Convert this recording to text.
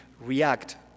react